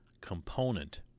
component